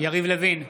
יריב לוין,